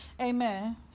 Amen